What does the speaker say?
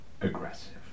aggressive